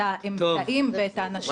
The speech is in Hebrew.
את האמצעים ואת האנשים לבסיס אחר.